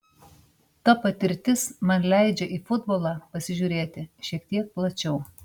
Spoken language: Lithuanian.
ta patirtis man leidžia į futbolą pasižiūrėti šiek tiek plačiau